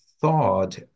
thought